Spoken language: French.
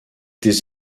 des